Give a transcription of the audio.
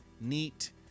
neat